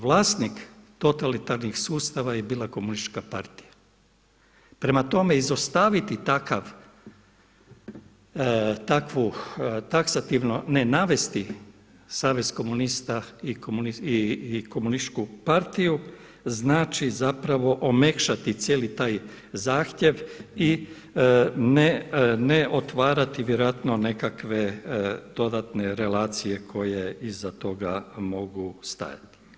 Vlasnik totalitarnih sustava je bila komunistička partija, prema tome izostaviti takvu taksativno ne navesti savez komunista i komunističku partiju znači omekšati cijeli taj zahtjev i ne otvarati vjerojatno nekakve dodatne relacije koje iza toga mogu stajati.